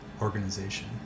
organization